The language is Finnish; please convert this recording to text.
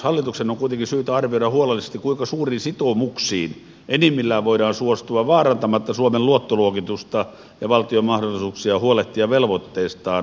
hallituksen on kuitenkin syytä arvioida huolellisesti kuinka suuriin sitoumuksiin enimmillään voidaan suostua vaarantamatta suomen luottoluokitusta ja valtion mahdollisuuksia huolehtia velvoitteistaan ja vastuistaan